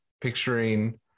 picturing